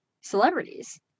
celebrities